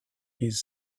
his